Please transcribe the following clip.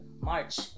March